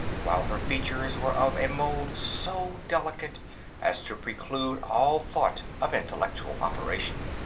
while her features were of a mould so delicate as to preclude all thought of intellectual operation.